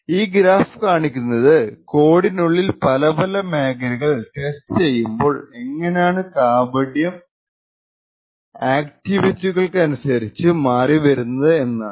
ഈ ഗ്രാഫ് കാണിക്കുന്നത് കോഡിനുള്ളിൽ പലപല മേഖലകൾ ടെസ്റ്റ് ചെയ്യുമ്പോൾ എങ്ങനാണ് കാപട്യം ആക്ടിവിറ്റികൾക്കനുസരിച്ചു മാറിവരുന്നത് എന്നാണ്